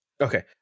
okay